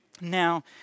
Now